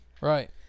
Right